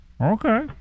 Okay